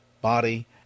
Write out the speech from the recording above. body